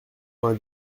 vingt